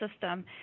system